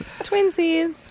Twinsies